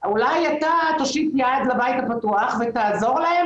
אולי אתה תושיט יד לבית הפתוח ותעזור להם